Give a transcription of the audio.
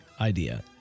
idea